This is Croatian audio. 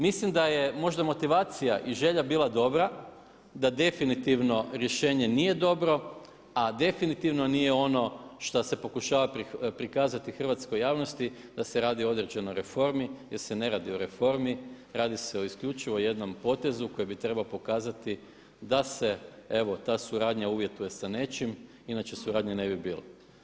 Mislim da je možda motivacija i želja bila dobra, da definitivno rješenje nije dobro, a definitivno nije ono što se pokušava prikazati hrvatskoj javnosti da se radi o određenoj reformi jer se ne radi o reformi, radi se isključivo o jednom potezu koji bi trebao pokazati da se ta suradnja uvjetuje sa nečim inače suradnje ne bi bilo.